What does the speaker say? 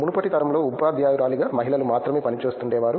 మునుపటి తరంలో ఉపాధ్యాయురాలిగా మహిళలు మాత్రమే పనిచేస్తుండేవారు